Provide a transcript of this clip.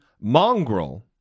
mongrel